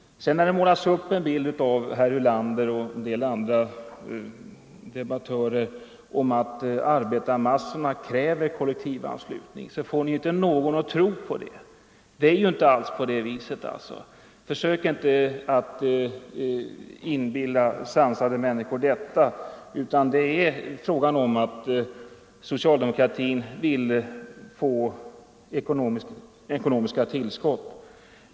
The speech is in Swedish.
När det, av herr Ulander och en del andra debattörer, målas upp en bild av att arbetarmassorna kräver kollektivanslutning, får ni inte någon att tro på detta. Det är inte alls på det viset, försök inte inbilla sansade människor det. Socialdemokratin vill få ekonomiska tillskott.